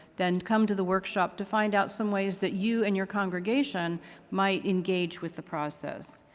then come to the workshop to find out some ways that you and your congregation might engage with the process.